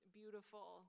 beautiful